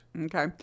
Okay